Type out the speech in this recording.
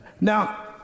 now